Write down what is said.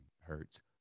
hurts